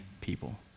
people